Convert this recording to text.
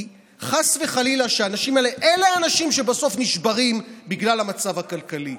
כי חס וחלילה אלה האנשים שבסוף נשברים בגלל המצב הכלכלי.